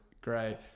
great